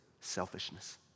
selfishness